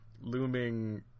looming